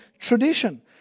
tradition